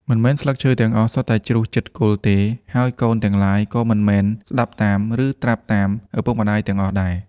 មិនមែនស្លឹកឈើទាំងអស់សុទ្ធតែជ្រុះជិតគល់ទេ ហើយកូនទាំងឡាយក៏មិនមែនស្ដាប់តាម ឬត្រាប់តាមឱពុកម្ដាយទាំងអស់ដែរ។